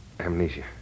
amnesia